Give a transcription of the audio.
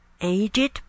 aged